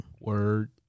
Word